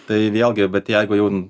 tai vėlgi bet jeigu jau